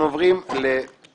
אנחנו עוברים לפטורים